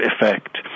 effect